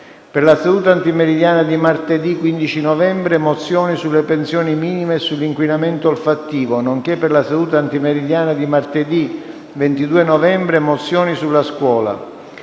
per la seduta antimeridiana di martedì 15 novembre, mozioni sulle pensioni minime e sull'inquinamento olfattivo; nonché, per la seduta antimeridiana di martedì 22 novembre, mozioni sulla scuola.